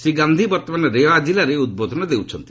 ଶ୍ରୀ ଗାନ୍ଧି ବର୍ତ୍ତମାନ ରେୱା କିଲ୍ଲାରେ ଉଦ୍ବୋଧନ ଦେଉଛନ୍ତି